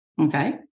okay